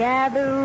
Gather